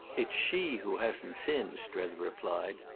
it's she who hasn't sinned, strether replied.